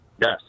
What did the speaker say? Yes